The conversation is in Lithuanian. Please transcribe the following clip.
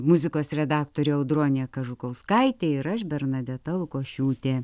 muzikos redaktorė audronė kažukauskaitė ir aš bernadeta lukošiūtė